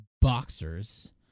boxers